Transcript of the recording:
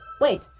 Wait